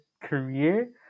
career